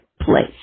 place